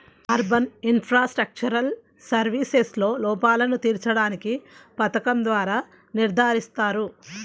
urban infrastructural సర్వీసెస్లో లోపాలను తీర్చడానికి పథకం ద్వారా నిర్ధారిస్తారు